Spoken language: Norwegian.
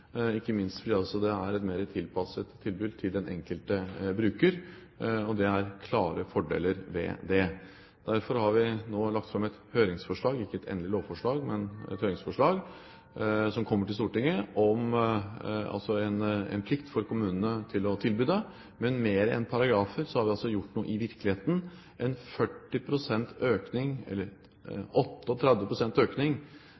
ikke minst fordi det er et mer tilpasset tilbud til den enkelte bruker, og fordi det er klare fordeler ved det. Derfor har vi nå lagt fram et høringsforslag – ikke et endelig lovforslag, men et høringsforslag – som kommer til Stortinget, om en plikt for kommunene til å tilby det. Men mer enn paragrafer har vi gjort noe i virkeligheten: en 40 pst. – eller en 38 pst. økning